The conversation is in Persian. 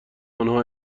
آنها